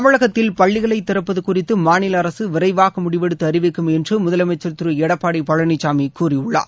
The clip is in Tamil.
தமிழகத்தில் பள்ளிகளை திறப்பது குறித்து மாநில அரசு விரைவாக முடிவெடுத்து அறிவிக்கும் என்று முதலமைச்சள் திரு எடப்பாடி பழனிசாமி கூறியுள்ளார்